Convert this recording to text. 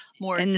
more